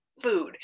food